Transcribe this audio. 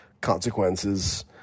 consequences